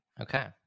Okay